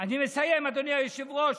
אני מסיים, אדוני היושב-ראש.